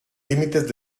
límites